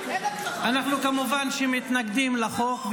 אנחנו כמובן מתנגדים לחוק,